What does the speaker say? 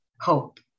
hope